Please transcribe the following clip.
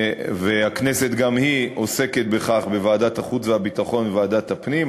והכנסת גם היא עוסקת בכך בוועדת החוץ והביטחון ובוועדת הפנים.